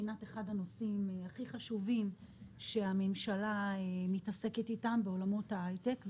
זה אחד הנושאים הכי חשובים שהממשלה מתעסקת איתם בעולמות ההייטק.